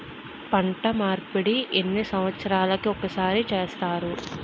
పంట మార్పిడి ఎన్ని సంవత్సరాలకి ఒక్కసారి చేస్తారు?